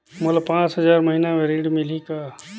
मोला पांच हजार महीना पे ऋण मिलही कौन?